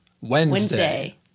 Wednesday